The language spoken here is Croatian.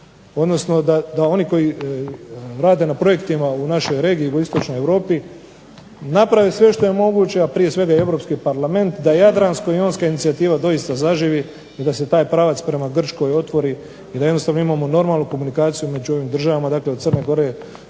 odnosno da oni koji rade na projektima u našoj regiji, jugoistočnoj Europi naprave sve što je moguće, a prije svega i Europski parlament, da jadransko-jonska inicijativa doista zaživi i da se taj pravac prema Grčkoj otvori i da jednostavno imamo normalnu komunikaciju među ovim državama. Dakle, od Crne Gore